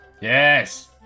Yes